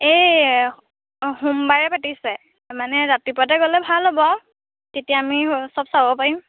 এই সোমবাৰে পাতিছে মানে ৰাতিপুৱাতে গ'লে ভাল হ'ব তেতিয়া আমি চব চাব পাৰিম